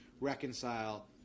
reconcile